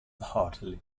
heartily